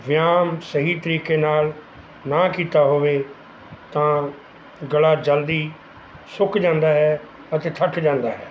ਵਿਆਮ ਸਹੀ ਤਰੀਕੇ ਨਾਲ਼ ਨਾ ਕੀਤਾ ਹੋਵੇ ਤਾਂ ਗਲਾ ਜਲਦੀ ਸੁੱਕ ਜਾਂਦਾ ਹੈ ਅਤੇ ਥੱਕ ਜਾਂਦਾ ਹੈ